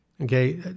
Okay